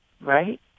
right